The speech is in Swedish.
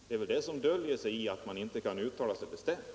Det är väl det som gör att man inte vill uttala sig bestämt.